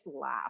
laugh